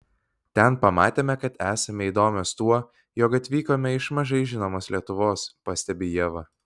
ten pamatėme kad esame įdomios tuo jog atvykome iš mažai žinomos lietuvos pastebi ieva